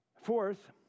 Fourth